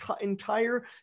entire